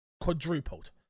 quadrupled